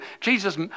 Jesus